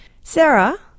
Sarah